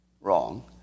wrong